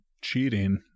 cheating